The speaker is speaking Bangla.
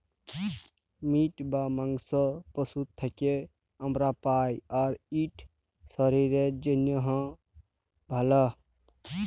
মিট বা মাংস পশুর থ্যাকে আমরা পাই, আর ইট শরীরের জ্যনহে ভাল